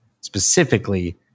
specifically